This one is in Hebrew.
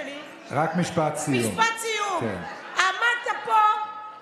השולחנות שבהם נקבעת מדיניות החברות הממשלתיות השונות.